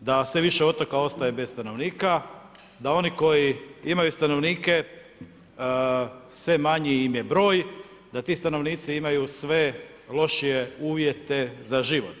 da sve više otoka ostaje bez stanovnika, da oni koji imaju stanovnike sve manji im je broj, da ti stanovnici imaju sve lošije uvjete za život.